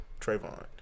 Trayvon